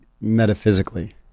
metaphysically